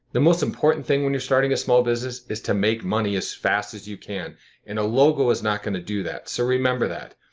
the most important thing when you're starting a small business is to make money as fast as you can in a logo is not going to do that. so remember that.